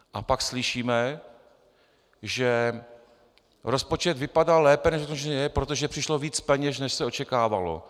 A pak slyšíme, že rozpočet vypadal lépe, než je, protože přišlo víc peněz, než se očekávalo.